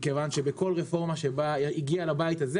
היא כיוון שבכל רפורמה שהגיעה לבית הזה